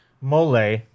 mole